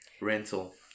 Rental